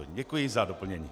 Děkuji za doplnění.